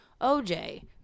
oj